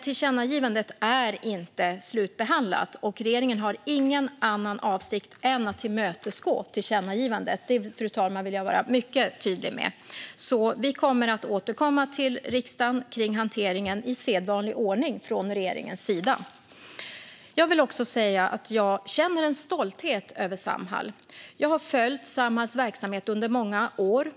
Tillkännagivandet är dock inte slutbehandlat, och regeringen har ingen annan avsikt än att tillmötesgå tillkännagivandet - det, fru talman, vill jag vara mycket tydlig med. Vi kommer att återkomma till riksdagen kring hanteringen i sedvanlig ordning från regeringens sida. Jag vill också säga att jag känner en stolthet över Samhall. Jag har följt Samhalls verksamhet under många år.